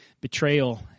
betrayal